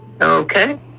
okay